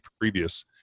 previous